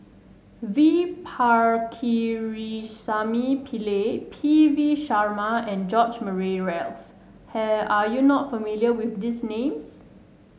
V Pakirisamy Pillai P V Sharma and George Murray Reith Are you not familiar with these names